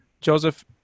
Joseph